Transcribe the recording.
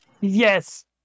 Yes